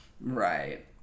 Right